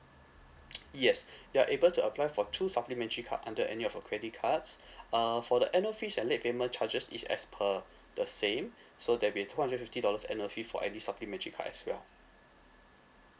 yes you are able to apply for two supplementary card under any of your credit cards uh for the annual fees and late payment charges is as per the same so there'll be two hundred and fifty dollars annual fee for any supplementary card as well